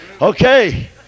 Okay